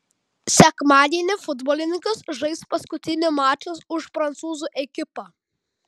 sekmadienį futbolininkas žais paskutinį mačą už prancūzų ekipą